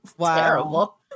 terrible